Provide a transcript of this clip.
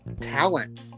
talent